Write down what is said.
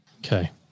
Okay